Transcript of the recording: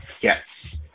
Yes